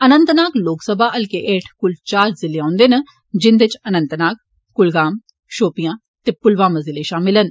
अनंतनाग लोकसभा हलके हेठ कुल चार जिले औंदे न जिंदे च अनंतनाग कुलगाम शोपियां ते पुलवामा शामिल न